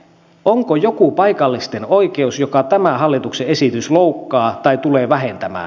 onko joku paikallisten oikeus jota tämä hallituksen esitys loukkaa tai tulee vähentämään